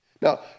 Now